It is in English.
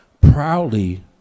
proudly